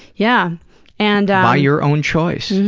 yeah and by your own choice,